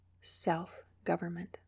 self-government